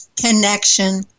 connection